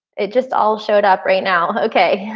it just all showed up right now. okay? yeah